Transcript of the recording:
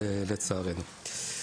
לצערנו.